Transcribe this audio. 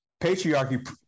patriarchy